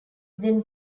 then